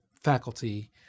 faculty